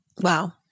Wow